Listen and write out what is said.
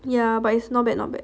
yeah but it's not bad not bad